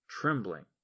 trembling